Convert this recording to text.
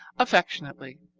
affectionately,